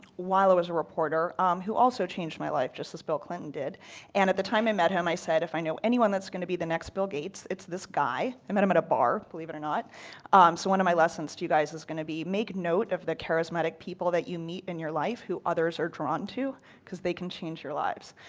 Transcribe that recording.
while i was a reporter who also changed my life just as bill clinton did and at the time i met him i said if i know anyone that is going to be the next bill gates, it's this guy. i met him at a bar, believe it or not. so one of my lessons to you guys is going to be make note of the charismatic people that you meet in your life who others are drawn to because they can change your lives.